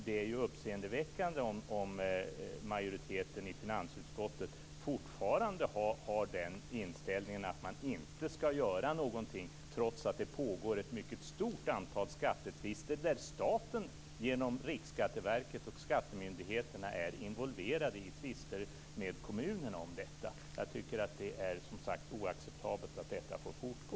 Det är uppseendeväckande om majoriteten i finansutskottet fortfarande har den inställningen att man inte skall göra någonting, trots att det pågår ett mycket stort antal skattetvister. Staten är genom Riksskatteverket och skattemyndigheterna involverade i tvister med kommunerna om detta. Jag tycker som sagt att det är oacceptabelt att detta får fortgå.